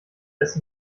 erst